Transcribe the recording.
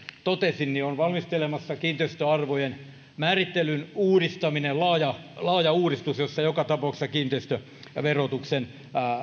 totesin on valmistelussa kiinteistöarvojen määrittelyn uudistaminen laaja laaja uudistus jossa joka tapauksessa kiinteistöverotuksen